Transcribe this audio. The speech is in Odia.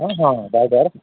ହଁ ହଁ ଡ୍ରାଇଭର୍